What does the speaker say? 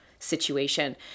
situation